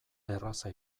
erraza